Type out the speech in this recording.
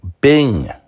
Bing